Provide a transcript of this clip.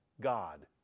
God